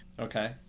Okay